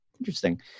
interesting